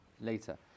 later